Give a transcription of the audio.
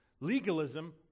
legalism